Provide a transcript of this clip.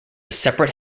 separate